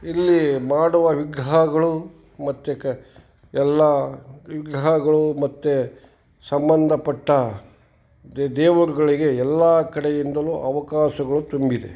ಇಲ್ಲಿ ಮಾಡುವ ವಿಗ್ರಹಗಳು ಮತ್ತೆ ಕ ಎಲ್ಲ ವಿಗ್ರಹಗಳು ಮತ್ತೆ ಸಂಬಂಧಪಟ್ಟ ದೇವರುಗಳಿಗೆ ಎಲ್ಲ ಕಡೆಯಿಂದಲೂ ಅವಕಾಶಗಳು ತುಂಬಿದೆ